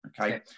Okay